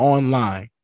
Online